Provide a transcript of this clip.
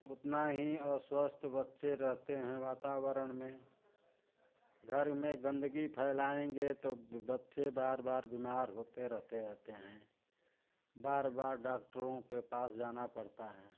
उतना ही अस्वस्थ बच्चे रहते हैं वातावरण में घर में गंदगी फैलाएँगे तो ब बच्चे बार बार बीमार होते रहते रहते हैं बार बार डॉक्टरों के पास जाना पड़ता है